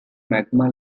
magma